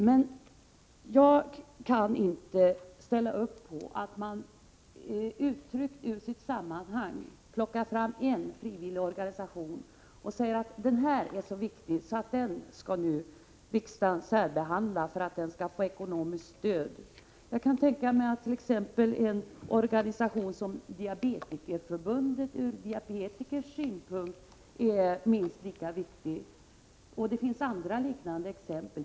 Men jag kan inte ställa upp på att man utryckt ur sitt sammanhang plockar fram en frivillig organisation och säger att den är så viktig att den bör riksdagen särbehandla så att den kan få ekonomiskt stöd. Jag kan tänka mig attt.ex. en organisation som diabetikerförbundet ur en diabetikers synpunkt är minst lika viktig, och det finns andra liknande exempel.